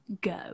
go